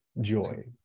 joy